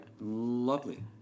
Lovely